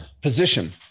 position